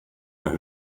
mehr